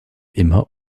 immer